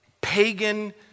pagan